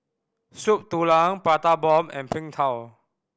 Soup Tulang Prata Bomb and Png Tao